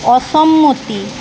অসম্মতি